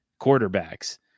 quarterbacks